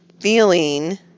feeling